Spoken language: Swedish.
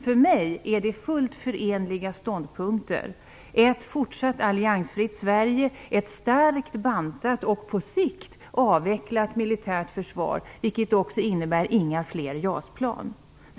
För mig är ett fortsatt alliansfritt Sverige och ett starkt bantat och på sikt avvecklat militärt försvar, vilket också innebär att det inte blir några fler JAS-plan, fullt förenliga ståndpunkter.